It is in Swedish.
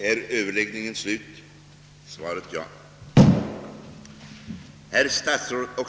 Herr talman!